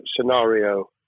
scenario